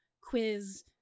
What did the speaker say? quiz